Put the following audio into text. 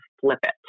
FLIP-IT